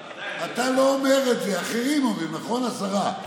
אתה לא אומר את זה, אחרים אומרים, נכון, השרה?